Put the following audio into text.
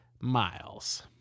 Miles